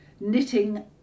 Knitting